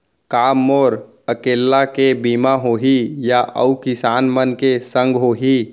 का मोर अकेल्ला के बीमा होही या अऊ किसान मन के संग होही?